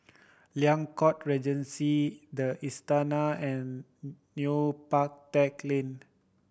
Liang Court Regency The Istana and Neo Park Teck Lane